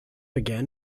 again